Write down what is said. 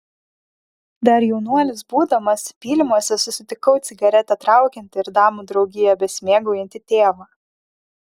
dar jaunuolis būdamas pylimuose susitikau cigaretę traukiantį ir damų draugija besimėgaujantį tėvą